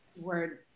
Word